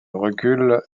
recul